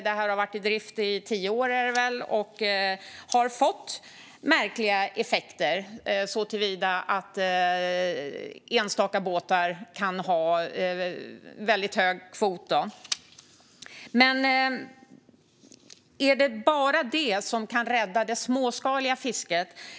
Det har gjorts i tio år nu och har fått märkliga effekter som att enstaka båtar kan ha en väldigt hög kvot. Men är det bara detta som kan rädda det småskaliga fisket?